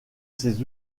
ses